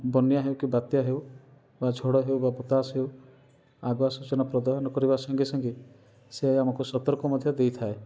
ବନ୍ୟା ହେଉ କି ବାତ୍ୟା ହେଉ ଅବା ଝଡ଼ ହେଉ ଅବା ବତାସ ହେଉ ଆଗୁଆ ସୂଚନା ପ୍ରଦାୟନ କରିବା ସଙ୍ଗେ ସଙ୍ଗେ ସେ ଆମକୁ ସତର୍କ ମଧ୍ୟ ଦେଇଥାଏ